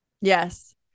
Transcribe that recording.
Yes